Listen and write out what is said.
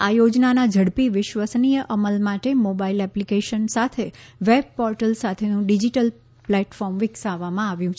આ યોજનાના ઝડપી વિશ્વસનીય અમલ માટે મોબાઇલ એપ્લિકેશન સાથે વેબ પોર્ટલ સાથેનું ડીજીટલ પ્લેટફોર્મ વિકસાવવામાં આવ્યું છે